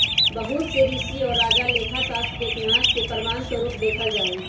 बहुत से ऋषि और राजा लेखा शास्त्र के इतिहास के प्रमाण स्वरूप देखल जाहई